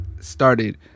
started